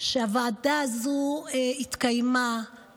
הוועדה הזאת התקיימה,